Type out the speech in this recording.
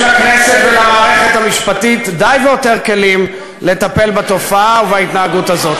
יש לכנסת ולמערכת המשפטית די והותר כלים לטפל בתופעה ובהתנהגות הזאת.